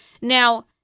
Now